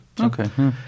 Okay